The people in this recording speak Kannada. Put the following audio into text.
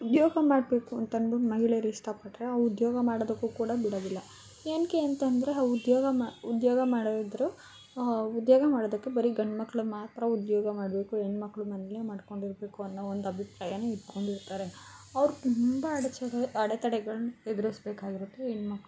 ಉದ್ಯೋಗ ಮಾಡಬೇಕು ಅಂತನ್ಬುಟ್ಟು ಮಹಿಳೆಯರು ಇಷ್ಟಪಟ್ಟರೆ ಆ ಉದ್ಯೋಗ ಮಾಡೋದಕ್ಕೂ ಕೂಡ ಬಿಡೋದಿಲ್ಲ ಏನಕ್ಕೆ ಅಂತಂದರೆ ಆ ಉದ್ಯೋಗಮ ಉದ್ಯೋಗ ಮಾಡಿದ್ರೂ ಉದ್ಯೋಗ ಮಾಡೋದಕ್ಕೆ ಬರೀ ಗಂಡ್ಮಕ್ಳು ಮಾತ್ರ ಉದ್ಯೋಗ ಮಾಡಬೇಕು ಹೆಣ್ಮಕ್ಳು ಮನೇಲೆ ಮಾಡ್ಕೊಂಡಿರ್ಬೇಕು ಅನ್ನೋ ಒಂದು ಅಭಿಪ್ರಾಯನೂ ಇಟ್ಕೊಂಡಿರ್ತಾರೆ ಅವ್ರು ತುಂಬ ಅಡೆಚಡೆ ಅಡೆತಡೆಗಳ್ನ ಎದ್ರಿಸ್ಬೇಕಾಗಿರುತ್ತೆ ಹೆಣ್ಮಕ್ಳು